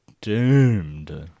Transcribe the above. doomed